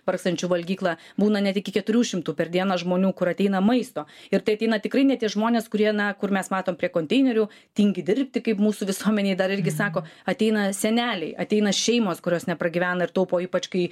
vargstančių valgykla būna net iki keturių šimtų per dieną žmonių kur ateina maisto ir tai ateina tikrai ne tie žmonės kurie na kur mes matom prie konteinerių tingi dirbti kaip mūsų visuomenėj dar irgi sako ateina seneliai ateina šeimos kurios nepragyvena ir taupo ypač kai